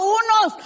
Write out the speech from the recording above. unos